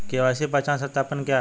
KYC पहचान सत्यापन क्या है?